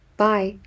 bye